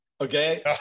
okay